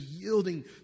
yielding